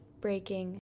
breaking